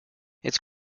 its